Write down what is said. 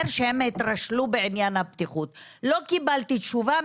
שהם התרשלו בעניין הבטיחות לא קיבלתי תשובה.